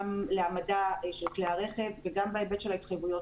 גם להעמדת כלי הרכב וגם בהיבט של ההתחייבויות